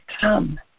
come